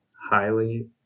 highly